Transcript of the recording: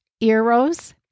eros